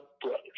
brothers